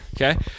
okay